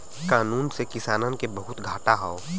कानून से किसानन के बहुते घाटा हौ